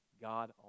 God